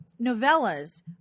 novellas